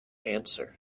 answer